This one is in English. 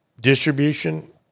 distribution